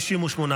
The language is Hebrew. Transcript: נתקבל.